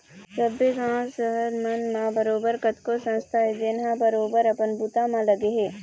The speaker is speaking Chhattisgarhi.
सब्बे गाँव, सहर मन म बरोबर कतको संस्था हे जेनहा बरोबर अपन बूता म लगे हे